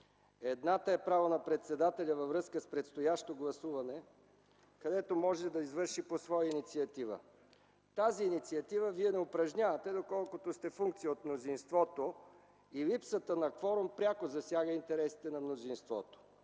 Едната е право на председателя във връзка с предстоящо гласуване, където може да я извърши по своя инициатива. Тази инициатива Вие не упражнявате, доколкото сте функция от мнозинството и липсата на кворум пряко засяга интересите на мнозинството.